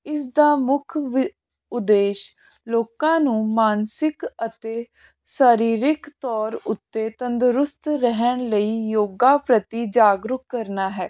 ਇਸ ਦਾ ਮੁੱਖ ਵ ਉਦੇਸ਼ ਲੋਕਾਂ ਨੂੰ ਮਾਨਸਿਕ ਅਤੇ ਸਰੀਰਕ ਤੌਰ ਉੱਤੇ ਤੰਦਰੁਸਤ ਰਹਿਣ ਲਈ ਯੋਗਾ ਪ੍ਰਤੀ ਜਾਗਰੂਕ ਕਰਨਾ ਹੈ